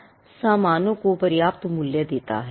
3 आकार सामानों को पर्याप्त मूल्य देता है